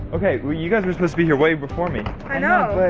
okay, you guys were supposed to be here way before me. i know.